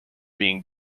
being